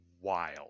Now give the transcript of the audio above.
wild